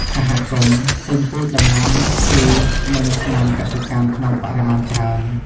សហគមន៍ទិញពូជដំណាំ ជី និងថ្នាំកសិកម្មក្នុងបរិមាណច្រើន។